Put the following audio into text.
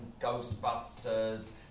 Ghostbusters